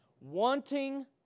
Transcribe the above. Wanting